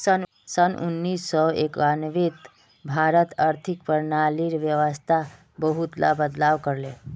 सन उन्नीस सौ एक्यानवेत भारत आर्थिक प्रणालीर व्यवस्थात बहुतला बदलाव कर ले